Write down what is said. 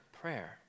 prayer